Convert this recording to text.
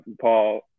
Paul